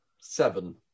seven